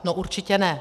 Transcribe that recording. No určitě ne.